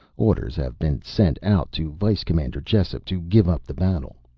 orders have been sent out to vice-commander jessup to give up the battle.